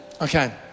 Okay